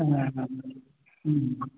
हा हा हा